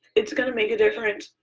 it's gonna make a difference.